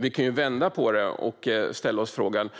Vi kan vända på det och fråga oss